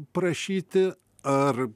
prašyti ar